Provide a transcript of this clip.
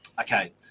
Okay